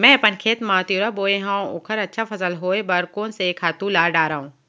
मैं अपन खेत मा तिंवरा बोये हव ओखर अच्छा फसल होये बर कोन से खातू ला डारव?